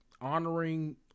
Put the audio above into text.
Honoring